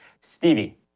Stevie